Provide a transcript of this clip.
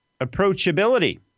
approachability